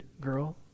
girl